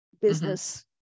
business